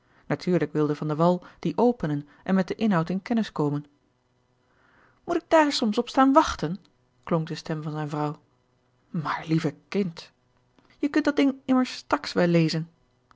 natuurlijk wilde van de wall dien openen en met den inhoud in kennis komen moet ik daar soms op staan wachten klonk de stem van zijne vrouw maar lieve kind je kunt dat ding immers straks wel lezen